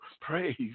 praise